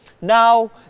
Now